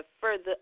further